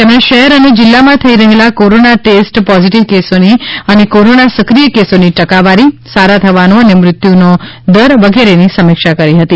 તેમણે શહેર અને જિલ્લામાં થઇ રહેલા કોરોના ટેસ્ટ પોઝિટિવ કેસોની અને કોરોનાના સક્રિય કેસોની ટકાવારી સારા થવાનો અને મૃત્યુનો દર વગેરેની સમીક્ષા કરી હતી